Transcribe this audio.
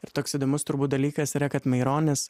ir toks įdomus turbūt dalykas yra kad maironis